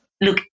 look